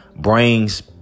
brings